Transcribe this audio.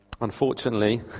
Unfortunately